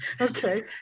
Okay